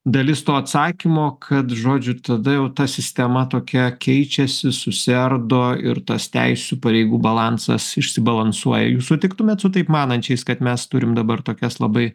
dalis to atsakymo kad žodžiu tada jau ta sistema tokia keičiasi susiardo ir tas teisių pareigų balansas išsibalansuoja jūs sutiktumėt su taip manančiais kad mes turim dabar tokias labai